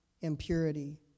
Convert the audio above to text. impurity